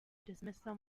dismissal